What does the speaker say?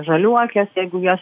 žaliuokės jeigu jas